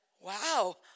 wow